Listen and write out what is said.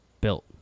built